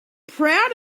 proud